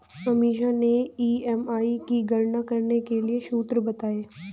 अमीषा ने ई.एम.आई की गणना करने के लिए सूत्र बताए